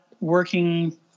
working